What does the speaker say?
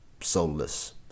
soulless